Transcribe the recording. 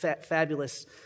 fabulous